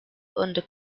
under